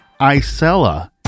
Isella